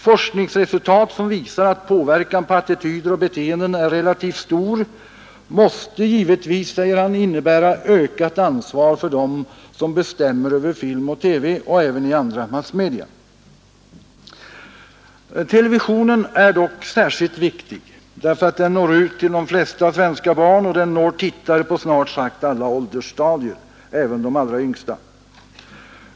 Forskningsresultat som visar att påverkan på attityder och beteenden är relativt stor måste givetvis, säger han, innebära ökat ansvar för dem som bestämmer över film och TV och även i andra massmedia. Televisionen är dock särskilt viktig därför att den når ut till de flesta svenska barn och den når tittare på snart sagt alla åldersstadier, även de allra yngsta.